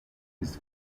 his